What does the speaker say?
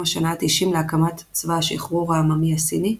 השנה ה-90 להקמת צבא השחרור העממי הסיני,